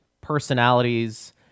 personalities